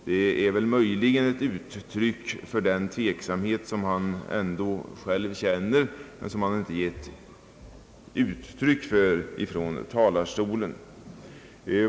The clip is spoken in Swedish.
Det var tydligen ett uttryck för den tveksamhet som han ändå själv känner.